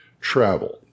Travel